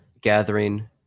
gathering